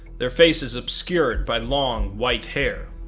their faces obscured by long white hair.